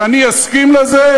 ואני אסכים לזה?